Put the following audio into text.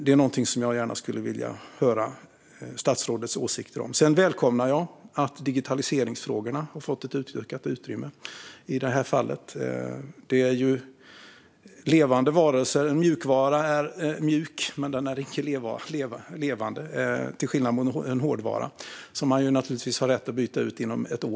Det är någonting som jag gärna skulle vilja höra statsrådets åsikter om. Sedan välkomnar jag att digitaliseringsfrågorna har fått ett utökat utrymme i det här fallet. Det handlar om levande varelser. Mjukvara är mjuk, men den är icke levande, till skillnad mot en hårdvara, som man naturligtvis har rätt att byta ut inom ett år.